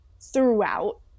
throughout